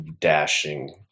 dashing